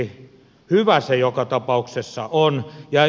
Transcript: hyvä se joka tapauksessa on